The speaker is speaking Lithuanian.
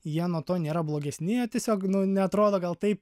jie nuo to nėra blogesni jie tiesiog neatrodo gal taip